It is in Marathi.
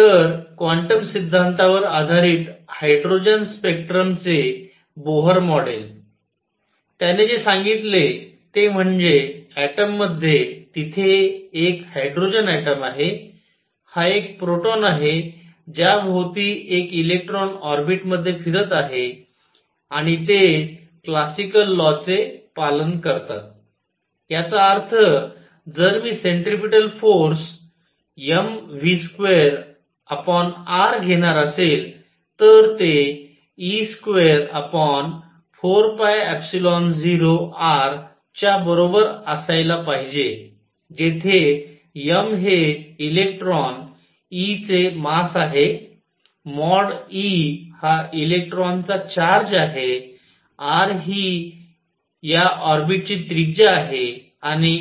तर क्वांटम सिद्धांतावर आधारित हायड्रोजन स्पेक्ट्रमचे बोहर मॉडेल त्याने जे सांगितले ते म्हणजे ऍटम मध्ये तिथे एक हायड्रोजन ऍटम आहे हा एक प्रोटॉन आहे ज्याभोवती एक इलेक्ट्रॉन ऑर्बिट मध्ये फिरत आहे आणि ते क्लासिकल लॉ चे पालन करतात याचा अर्थ जर मी सेंट्रिपिटल फोर्स mv2r घेणार असेल तर ते e24π0r च्या बरोबर असायला पाहिजे जेथे m हे इलेक्ट्रॉन e चे मास आहे मॉड e हा इलेक्ट्रॉनचा चार्ज आहे r या ऑर्बिटची त्रिज्या आहे आणि